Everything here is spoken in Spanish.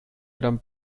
gran